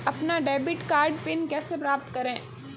अपना debit card pin कैसे प्राप्त करें?